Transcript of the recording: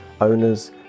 owners